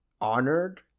honored